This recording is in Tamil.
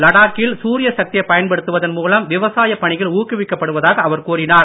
லடாக் கில் சூரிய சக்தியைப் பயன்படுத்துவதன் மூலம் விவசாயப் பணிகள் ஊக்குவிக்கப்படுவதாக அவர் கூறினார்